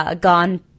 Gone